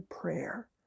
prayer